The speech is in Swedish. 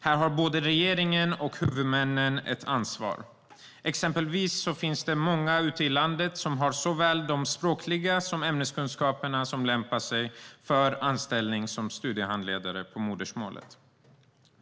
Här har både regeringen och huvudmännen ett ansvar. Exempelvis finns det många i landet som har såväl språkliga kunskaper som ämneskunskaper och därför lämpar sig för anställning som studiehandledare.